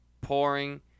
pouring